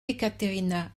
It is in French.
ekaterina